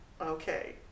Okay